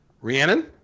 Rhiannon